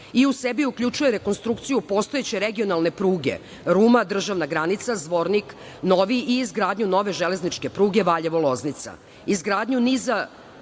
i u sebi uključuje rekonstrukciju postojeće regionalne pruge Ruma, državna granica, Novi Zvornik i izgradnju nove železničke pruge Valjevo-Loznica.